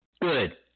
good